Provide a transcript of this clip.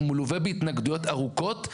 הוא מלווה בהתנגדויות ארוכות.